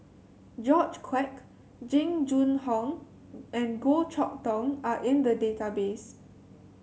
George Quek Jing Jun Hong and Goh Chok Tong are in the database